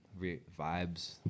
vibes